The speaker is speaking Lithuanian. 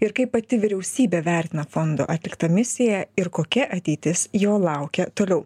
ir kaip pati vyriausybė vertina fondo atliktą misiją ir kokia ateitis jo laukia toliau